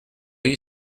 you